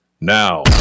now